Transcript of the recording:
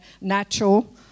natural